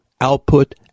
output